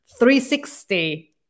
360